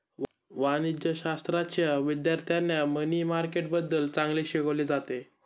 वाणिज्यशाश्राच्या विद्यार्थ्यांना मनी मार्केटबद्दल चांगले शिकवले जाते